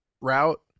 route